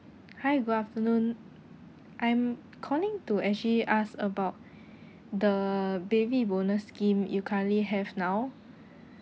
hi good afternoon I'm calling to actually ask about the baby bonus scheme you currently have now